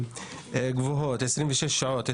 26 שעות,